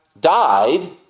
died